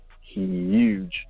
huge